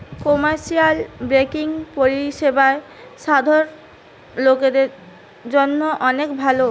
commercial banking পরিষেবা সাধারণ লোকের জন্য অনেক ভালো